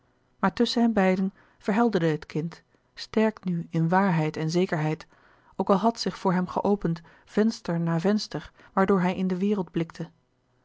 tusschen hen beiden verhelderde het kind sterk nu in waarheid en zekerheid ook al had zich voor hem geopend venster na venster waardoor hij in de wereld blikte